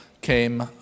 came